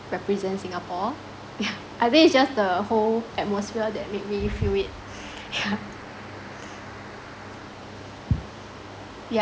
represent singapore yeah I think it's just the whole atmosphere that made me feel it yeah